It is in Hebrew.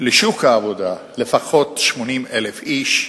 העבודה לפחות 80,000 איש,